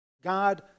God